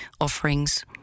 offerings